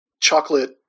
chocolate